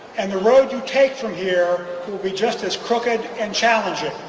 and the road you take from here will be just as crooked and challenging.